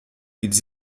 ils